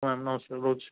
ହଉ ମ୍ୟାମ୍ ନମସ୍କାର ରହୁଛି